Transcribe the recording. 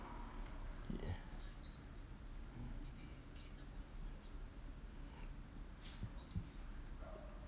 ya